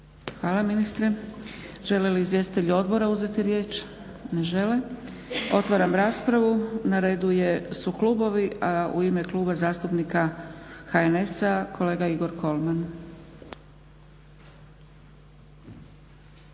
Hvala ministre. Žele li izvjestitelji odbora uzeti riječ? Ne žele. Otvaram raspravu. Na redu su klubovi, a u ime Kluba zastupnika jns-sa kolega Igor Kolman.